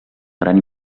gran